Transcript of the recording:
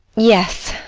yes,